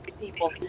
people